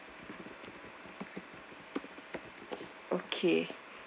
okay